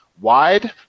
wide